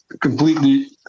completely